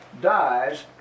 dies